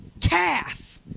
calf